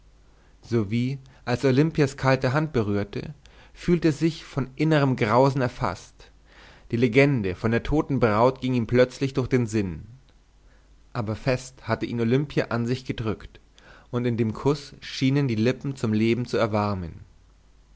als er olimpias kalte hand berührte fühlte er sich von innerem grausen erfaßt die legende von der toten braut ging ihm plötzlich durch den sinn aber fest hatte ihn olimpia an sich gedrückt und in dem kuß schienen die lippen zum leben zu erwarmen